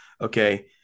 okay